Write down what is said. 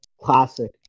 classic